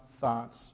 thoughts